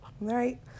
right